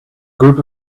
group